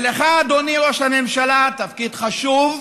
לך, אדוני ראש הממשלה, יש תפקיד חשוב,